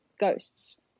ghosts